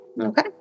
okay